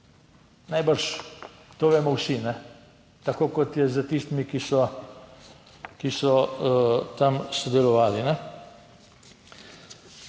Najbrž to vemo vsi, tako kot je s tistimi, ki so, ki so tam sodelovali.